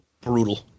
Brutal